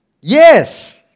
Yes